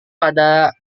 pada